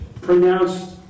pronounced